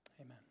Amen